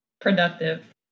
productive